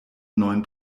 neun